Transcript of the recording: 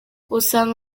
usanga